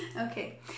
Okay